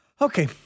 Okay